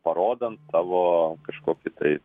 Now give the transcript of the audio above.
parodant tavo kažkokį tai